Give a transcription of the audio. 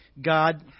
God